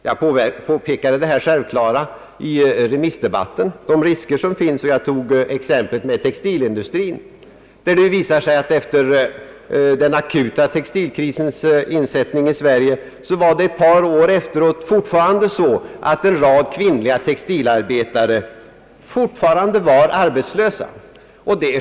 Jag påpekade under remissdebatten dessa uppenbara risker. Jag tog då upp exemplet med textilindustrien. Ett par år efter det att den akuta textilkrisen satte in i Sverige visade det sig, att en rad kvinnliga textilarbetare fortfarande var arbetslösa.